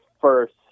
first